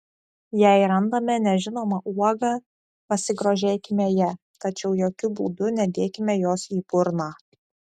jei randame nežinomą uogą pasigrožėkime ja tačiau jokiu būdu nedėkime jos į burną